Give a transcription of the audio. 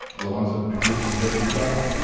are the ones producing the best results.